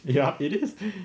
ya it is